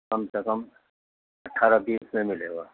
کم سے کم اٹھارہ بیس میں ملے گا